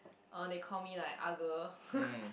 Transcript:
oh they call me like ah girl